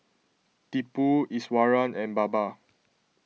Tipu Iswaran and Baba